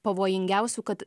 pavojingiausių kad